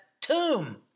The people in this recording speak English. tomb